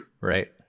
Right